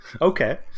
Okay